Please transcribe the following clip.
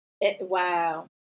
wow